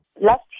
Last